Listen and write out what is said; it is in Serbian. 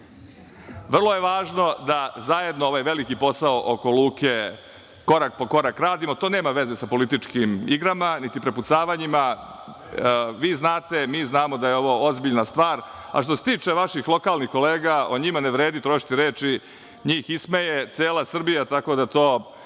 ministarka, da zajedno ovaj veliki posao oko luke, korak po korak, radimo. To nema veze sa političkim igrama, niti prepucavanjima. Vi znate, mi znamo da je ovo ozbiljna stvar, a što se tiče vaših lokalnih kolega, o njima ne vredi trošiti reči. Njih ismeva cela Srbija, tako da toga